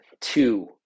two